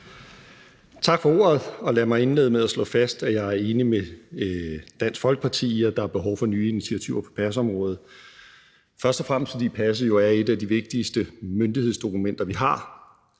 Tak for ordet. Lad mig starte med at slå fast, at jeg er enig med Dansk Folkeparti i, at der er behov for af nye initiativer på pasområdet, først og fremmest fordi passet jo er et af de vigtigste myndighedsdokumenter, vi har.